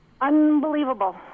Unbelievable